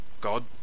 God